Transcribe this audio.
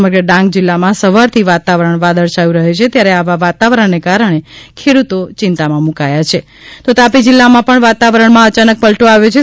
સમગ્ર ડાંગ જિલ્લામાં સવારથી વાતાવરણ વાદળછાયુ રહ્યું છે ત્યારે આવા વાતાવરણને કારણે ખેડૂતો ચિંતામાં મુકાઈ ગયા છે તાપી જિલ્લામાં પણ વાતાવરણમાં અચાનક પલટો આવ્યો છે